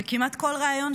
וכמעט בכל ריאיון,